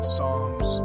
songs